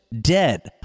dead